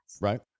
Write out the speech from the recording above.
right